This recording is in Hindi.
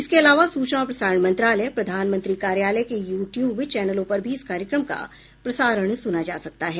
इसके अलावा सूचना और प्रसारण मंत्रालय प्रधानमंत्री कार्यालय के यूट्यूब चैनलों पर भी कार्यक्रम का प्रसारण सुना जा सकता है